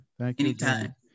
Anytime